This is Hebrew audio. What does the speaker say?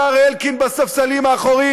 השר אלקין בספסלים האחוריים,